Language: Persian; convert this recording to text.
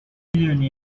میدونی